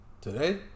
Today